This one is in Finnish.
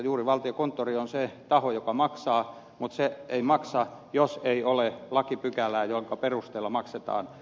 juuri valtiokonttori on se taho joka maksaa mutta se ei maksa jos ei ole lakipykälää jonka perusteella maksetaan